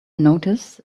noticed